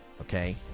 okay